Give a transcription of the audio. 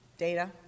Data